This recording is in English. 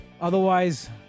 Otherwise